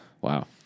Wow